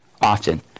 often